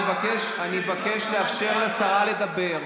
אני מבקש, אני מבקש לאפשר לשרה לדבר.